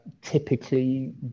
typically